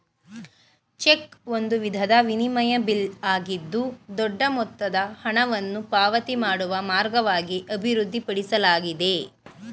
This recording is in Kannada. ಚೆಕ್ ಒಂದು ವಿಧದ ವಿನಿಮಯ ಬಿಲ್ ಆಗಿದ್ದು ದೊಡ್ಡ ಮೊತ್ತದ ಹಣವನ್ನು ಪಾವತಿ ಮಾಡುವ ಮಾರ್ಗವಾಗಿ ಅಭಿವೃದ್ಧಿಪಡಿಸಲಾಗಿದೆ